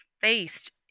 faced